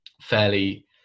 fairly